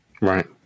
Right